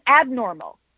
abnormal